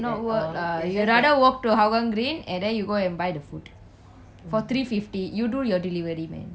you rather walk to hougang green and then you go and buy the food for three fifty you do your delivery man